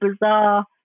bizarre